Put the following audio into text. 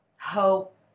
hope